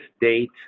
date